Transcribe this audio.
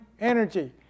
energy